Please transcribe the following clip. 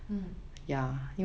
mm